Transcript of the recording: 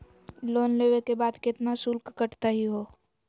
Loan लेवे के बाद केतना शुल्क कटतही हो?